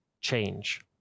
change